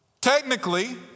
technically